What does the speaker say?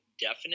definite